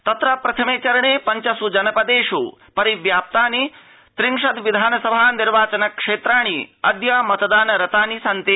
तत्र प्रथमे चरणे पञ्चसु जनपदेष् परिव्याप्तानि त्रिंशद् विधान सभा निर्वाचन क्षेत्राणि अद्य मतदान रतानि सन्ति